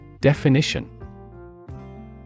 Definition